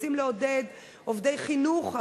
רוצים לעודד עובדי חינוך,